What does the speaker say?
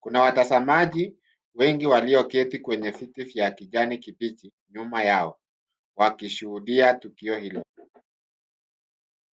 Kuna watazamaji wengi walioketi kwenye viti vya kijani kibichi nyuma yao, wakishuhudia tuko hilo.